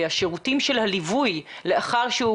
מה קורה עם השירותים של הליווי לאחר מכן?